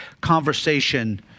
conversation